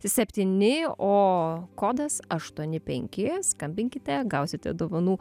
septyni o kodas aštuoni penki skambinkite gausite dovanų